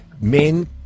men